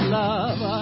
love